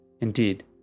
Indeed